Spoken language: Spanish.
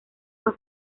fue